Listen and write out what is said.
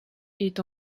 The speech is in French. est